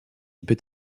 peut